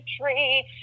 tree